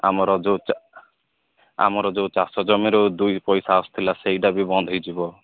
ଆମର ଯୋଉ ଆମର ଯୋଉ ଚାଷ ଜମିରୁ ଦୁଇ ପଇସା ଆସୁଥିଲା ସେଇଟା ବି ବନ୍ଦ ହୋଇଯିବ